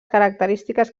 característiques